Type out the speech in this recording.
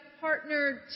partnered